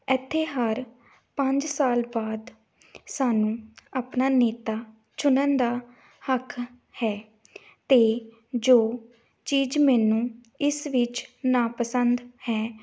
ਇੱਥੇ ਹਰ ਪੰਜ ਸਾਲ ਬਾਅਦ ਸਾਨੂੰ ਆਪਣਾ ਨੇਤਾ ਚੁਣਨ ਦਾ ਹੱਕ ਹੈ ਅਤੇ ਜੋ ਚੀਜ਼ ਮੈਨੂੰ ਇਸ ਵਿੱਚ ਨਾ ਪਸੰਦ ਹੈ